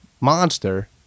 monster